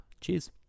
Cheers